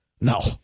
No